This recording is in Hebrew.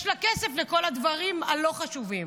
יש לה כסף לכל הדברים הלא-חשובים.